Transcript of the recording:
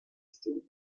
steep